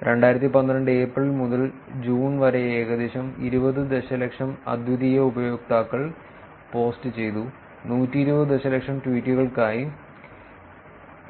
2012 April മുതൽ June വരെ ഏകദേശം 20 ദശലക്ഷം അദ്വിതീയ ഉപയോക്താക്കൾ പോസ്റ്റ് ചെയ്ത 120 ദശലക്ഷം ട്വീറ്റുകൾക്കായി